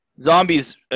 zombies